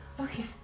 Okay